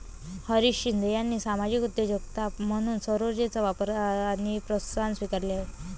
हरीश शिंदे यांनी सामाजिक उद्योजकता म्हणून सौरऊर्जेचा वापर आणि प्रोत्साहन स्वीकारले आहे